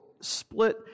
split